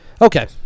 Okay